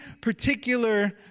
particular